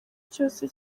cyose